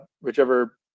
whichever